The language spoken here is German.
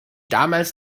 damals